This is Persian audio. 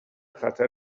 خطر